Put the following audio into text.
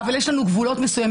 אבל יש לנו גבולות מסוימים,